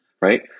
right